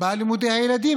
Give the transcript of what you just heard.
בלימודי הילדים.